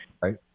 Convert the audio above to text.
right